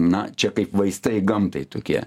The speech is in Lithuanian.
na čia kaip vaistai gamtai tokie